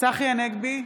צחי הנגבי,